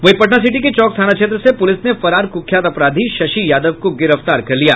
वहीं पटना सिटी के चौक थाना क्षेत्र से पुलिस ने फरार कुख्यात अपराधी शशि यादव को गिरफ्तार कर लिया